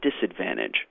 disadvantage